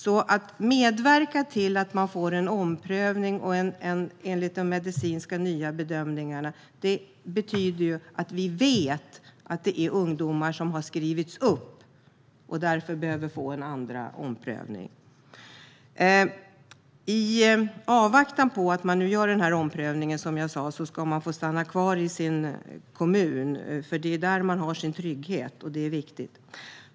Får dessa ungdomar en omprövning enligt de nya medicinska bedömningarna vet vi att de har skrivits upp och därför behöver få en andra prövning. I avvaktan på omprövningen ska man få stanna kvar i sin kommun, för där har man sin trygghet, vilket är viktigt.